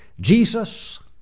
Jesus